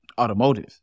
automotive